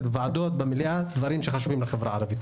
בוועדות במליאה דברים שחשובים לחברה הערבית,